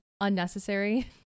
unnecessary